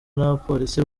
n’abapolisi